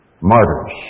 Martyrs